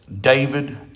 David